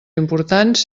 importants